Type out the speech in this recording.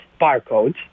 barcode